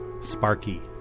Sparky